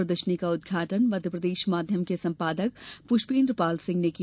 प्रदर्शनी का उद्घाटन मध्यप्रदेश माध्यम के संपादक पुष्पेन्द्र पाल सिंह ने किया